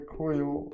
coil